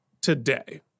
today